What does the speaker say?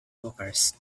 bucharest